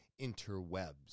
interwebs